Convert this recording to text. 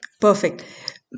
perfect